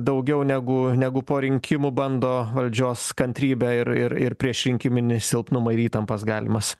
daugiau negu negu po rinkimų bando valdžios kantrybę ir ir ir priešrinkiminį silpnumą ir įtampas galimas